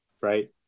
Right